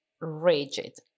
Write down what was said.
rigid